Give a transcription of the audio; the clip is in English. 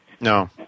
No